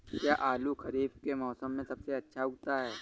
क्या आलू खरीफ के मौसम में सबसे अच्छा उगता है?